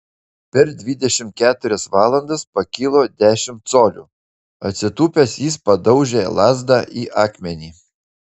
per dvidešimt keturias valandas pakilo dešimt colių atsitūpęs jis padaužė lazdą į akmenį